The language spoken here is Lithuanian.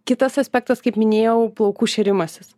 kitas aspektas kaip minėjau plaukų šėrimasis